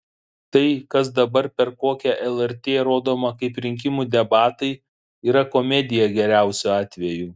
tai kas dabar per kokią lrt rodoma kaip rinkimų debatai yra komedija geriausiu atveju